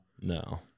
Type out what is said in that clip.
No